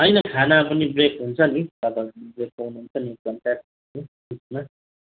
होइन खाना खाने ब्रेक हुन्छ नि तपाईँको ब्रेक पाउनुहुन्छ नि एक घन्टा जस्तो बिचमा